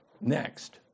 next